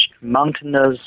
mountainous